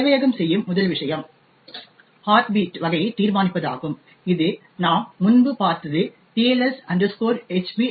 சேவையகம் செய்யும் முதல் விஷயம் ஹார்ட் பீட் வகையை தீர்மானிப்பதாகும் இது நாம் முன்பு பார்த்தது TLS HB REQUEST